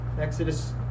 Exodus